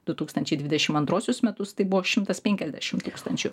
du tūkstančiai dvidešimt atruosius metus tai buvo šimtas penkiasdešimt tūkstančių